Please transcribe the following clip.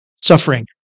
suffering